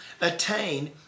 attain